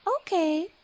Okay